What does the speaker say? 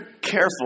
careful